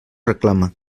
reclama